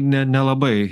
ne nelabai